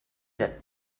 that